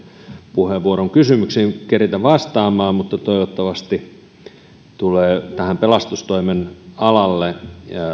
puheenvuoron kysymyksiin keretä vastaamaan mutta toivottavasti tulee pelastustoimen alalle